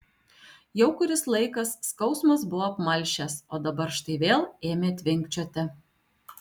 jau kuris laikas skausmas buvo apmalšęs o dabar štai vėl ėmė tvinkčioti